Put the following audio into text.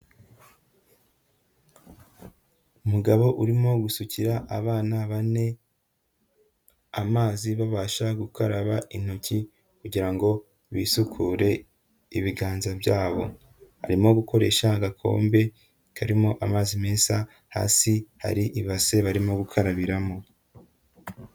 Umugabo urimo gusukira abana bane amazi, babasha gukaraba intoki kugira ngo bisukure ibiganza byabo, barimo gukoresha agakombe karimo amazi meza, hasi hari ibase barimo gukarabiramo.